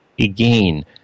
again